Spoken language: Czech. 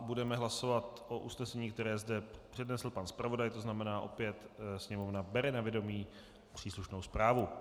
Budeme hlasovat usnesení, které zde přednesl pan zpravodaj, to znamená opět Sněmovna bere na vědomí příslušnou zprávu.